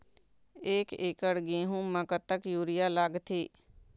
एक एकड़ गेहूं म कतक यूरिया लागथे?